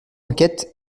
enquête